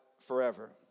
forever